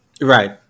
Right